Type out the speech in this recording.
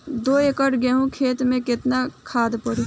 दो एकड़ गेहूँ के खेत मे केतना खाद पड़ी?